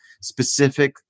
specific